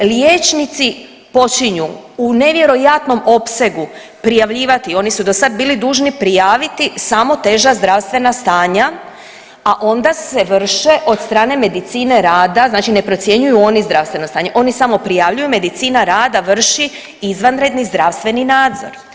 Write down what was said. Liječnici počinju u nevjerojatnom opsegu prijavljivati, oni su do sad bili dužni prijaviti samo teža zdravstvena stanja, a onda se vrše od strane medicine rada znači ne procjenjuju oni zdravstveno stanje oni samo prijavljuju, medicina rada vrši izvanredni zdravstveni nadzor.